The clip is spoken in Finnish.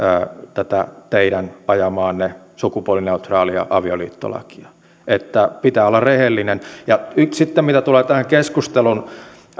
tätä teidän ajamaanne sukupuolineutraalia avioliittolakia että pitää olla rehellinen sitten mitä tulee tähän keskustelun